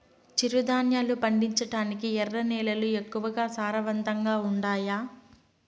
చిరుధాన్యాలు పండించటానికి ఎర్ర నేలలు ఎక్కువగా సారవంతంగా ఉండాయా